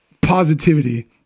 positivity